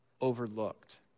overlooked